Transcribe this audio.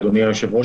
אדוני היושב-ראש,